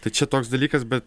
tai čia toks dalykas bet